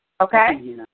Okay